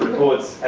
poets